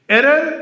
Error